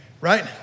Right